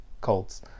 Colts